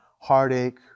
heartache